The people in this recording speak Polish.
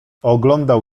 oglądał